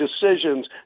decisions